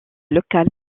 local